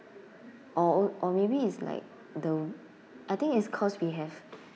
or or maybe it's like the I think is cause we have